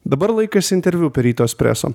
dabar laikas interviu per ryto espreso